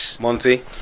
Monty